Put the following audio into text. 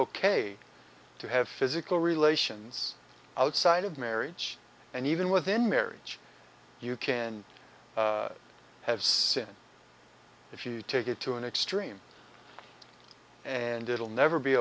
ok to have physical relations outside of marriage and even within marriage you can have sin if you take it to an extreme and it will never be